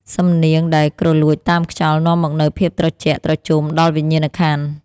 សំនៀងដែលគ្រលួចតាមខ្យល់ នាំមកនូវភាពត្រជាក់ត្រជុំដល់វិញ្ញាណក្ខន្ធ។